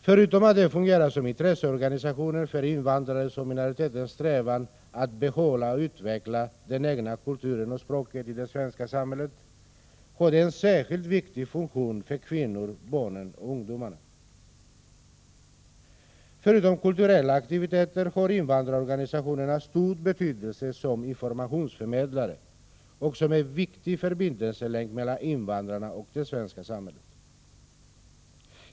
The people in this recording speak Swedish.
Förutom att de fungerar som intresseorganisationer för invandrares och minoriteters strävan att behålla och utveckla den egna kulturen och språket i det svenska samhället, har de en särskilt viktig funktion för kvinnorna, barnen och ungdomarna. Förutom att de bedriver kulturella aktiviteter har invandrarorganisationerna stor betydelse som informationsförmedlare och som en viktig förbindelselänk mellan invandrarna och det svenska samhället.